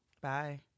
bye